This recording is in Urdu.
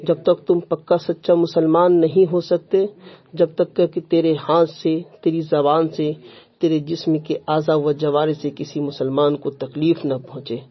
جب تک تم پکا سچا مسلمان نہیں ہو سکتے جب تک کہ کہ تیرے ہاتھ سے تیری زبان سے تیرے جسم کے اعضا و جوارے سے کسی مسلمان کو تکلیف نہ پہنچے